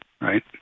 right